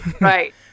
Right